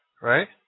Right